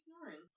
snoring